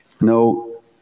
No